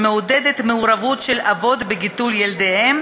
שמעודדת מעורבות של אבות בגידול ילדיהם